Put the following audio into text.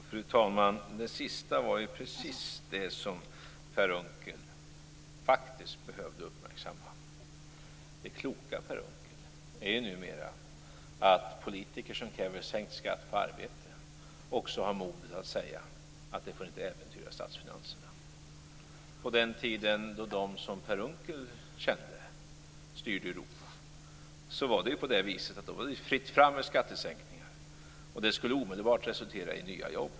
Fru talman! Det sista är precis det som Per Unckel faktiskt behövde uppmärksamma. Det kloka, Per Unckel, är ju numera att politiker som kräver sänkt skatt på arbete också har modet att säga att det inte får äventyra statsfinanserna. På den tiden då de som Per Unckel kände styrde Europa var det fritt fram för skattesänkningar. Det skulle ju omedelbart resultera i nya jobb.